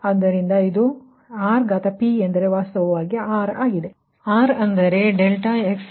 ಆದ್ದರಿಂದ ಇದು R ಎಂದರೆ ವಾಸ್ತವವಾಗಿ R ಆಗಿದೆ